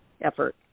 effort